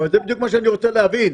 אבל זה בדיוק מה שאני רוצה להבין.